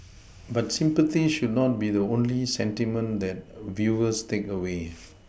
but sympathy should not be the only sentiment that viewers take away